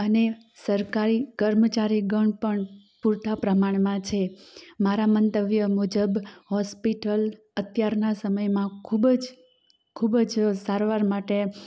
અને સરકારી કર્મચારીગણ પણ પૂરતા પ્રમાણમાં છે મારા મંતવ્ય મુજબ હોસ્પિટલ અત્યારનાં સમયમાં ખૂબજ ખૂબજ સારવાર માટે